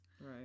right